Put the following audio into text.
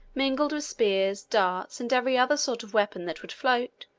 mingled with spears, darts, and every other sort of weapon that would float,